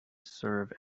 serve